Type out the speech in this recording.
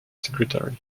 secretary